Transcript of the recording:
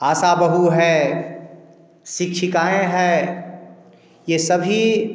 आशा बहू है शिक्षिकाएँ हैं ये सभी